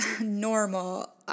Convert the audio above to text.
normal